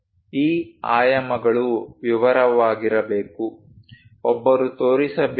ಈ ಆಯಾಮಗಳು ವಿವರವಾಗಿರಬೇಕು ಒಬ್ಬರು ತೋರಿಸಬೇಕಾಗಿದೆ